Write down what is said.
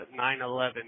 911